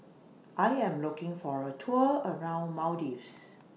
I Am looking For A Tour around Maldives